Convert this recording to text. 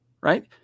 right